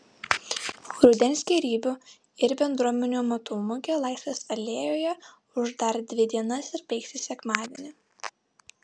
rudens gėrybių ir bendruomenių amatų mugė laisvės alėjoje ūš dar dvi dienas ir baigsis sekmadienį